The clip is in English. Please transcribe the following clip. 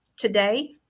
Today